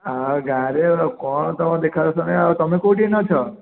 ଆଉ ଗାଁରେ ଆଉ କ'ଣ ତୁମର ଦେଖା ଦର୍ଶନ ନାହିଁ ଆଉ ତୁମେ କେଉଁଠି ଏଇନା ଅଛ